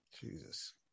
jesus